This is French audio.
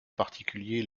particulier